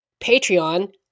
Patreon